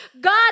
God